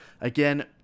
again